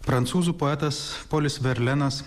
prancūzų poetas polis verlenas